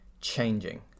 changing